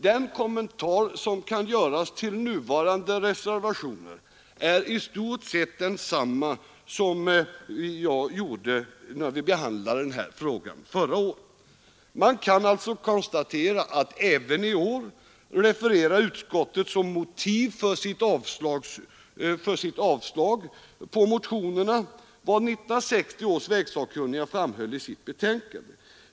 Den kommentar som kan fogas till föreliggande reservationer är i stort densamma som den jag gjorde när vi behandlade den här frågan förra året. Man kan konstatera att utskottet även i år, som motiv för sitt avstyrkande av motionerna, refererar vad 1960 års vägsakkunniga framhöll i sitt betänkande.